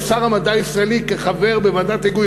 שר המדע הישראלי כחבר בוועדת ההיגוי,